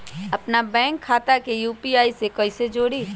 अपना बैंक खाता के यू.पी.आई से कईसे जोड़ी?